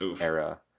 era